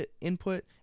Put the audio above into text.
input